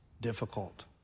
difficult